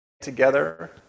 together